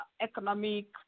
economic